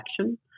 action